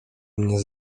mnie